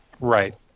right